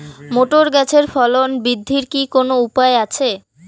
Motor গাছের ফলন বৃদ্ধির কি কোনো উপায় আছে?